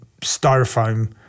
styrofoam